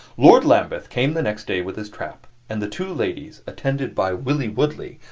lord lambeth came the next day with his trap, and the two ladies, attended by willie woodley,